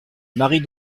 marie